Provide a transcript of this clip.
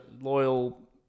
loyal